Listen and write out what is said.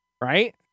right